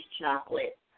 chocolate